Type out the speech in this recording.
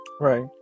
Right